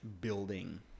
building